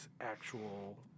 actual